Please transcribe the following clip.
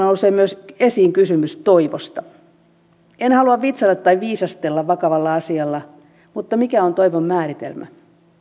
nousee myös esiin kysymys toivosta en halua vitsailla tai viisastella vakavalla asialla mutta mikä on toivon määritelmä